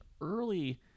early